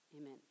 amen